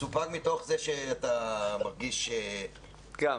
מסופק מתוך זה שאתה מרגיש --- גם.